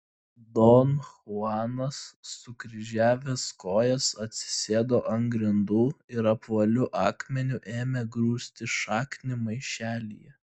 don chuanas sukryžiavęs kojas atsisėdo ant grindų ir apvaliu akmeniu ėmė grūsti šaknį maišelyje